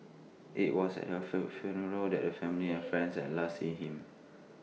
IT was at her feel funeral that the family and friends had last seen him